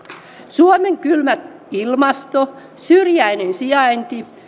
suomen kylmä ilmasto syrjäinen sijainti